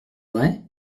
vrai